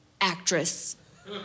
actress